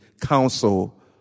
counsel